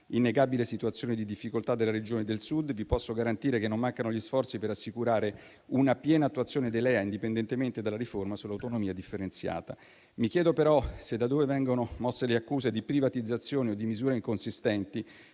un'innegabile situazione di difficoltà delle Regioni del Sud, e vi posso garantire che non mancano gli sforzi per assicurare una piena attuazione dei LEA, indipendentemente dalla riforma sull'autonomia differenziata. Mi chiedo però se coloro che muovono le accuse di privatizzazione o di misure inconsistenti